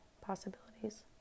possibilities